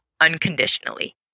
unconditionally